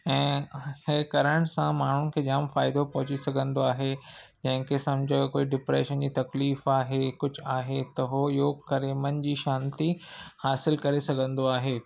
ऐं इहो करण सां माण्हुनि खे जाम फ़ाइदो पहुची सघंदो आहे कंहिं क़िसम जो कोई डिप्रेशन जी तकलीफ़ आहे कुझु आहे त उहो योगु करे मन जी शांती हासिलु करे सघंदो आहे